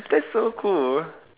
that's so cool